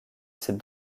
ses